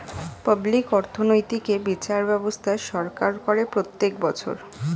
public অর্থনৈতিক এ বিচার ব্যবস্থা সরকার করে প্রত্যেক বছর